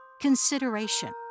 consideration